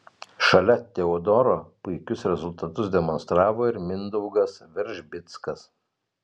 šalia teodoro puikius rezultatus demonstravo ir mindaugas veržbickas